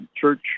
Church